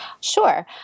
Sure